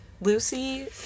Lucy